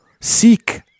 seek